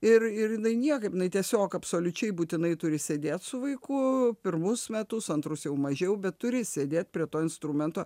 ir ir jinai niekaip jinai tiesiog absoliučiai būtinai turi sėdėt su vaiku pirmus metus antrus jau mažiau bet turi sėdėt prie to instrumento